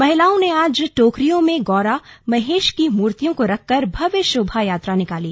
महिलाओं ने आज टोकरियों में गौरा महेश की मूर्तियों को रखकर भव्य शोभा यात्रा निकाली